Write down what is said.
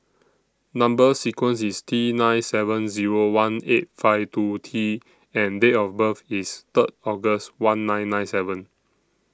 Number sequence IS T nine seven Zero one eight five two T and Date of birth IS Third August one nine nine seven